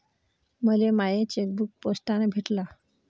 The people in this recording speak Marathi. मले माय चेकबुक पोस्टानं भेटल